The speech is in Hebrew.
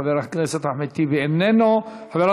חבר הכנסת אחמד טיבי, איננו נוכח.